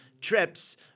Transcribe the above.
trips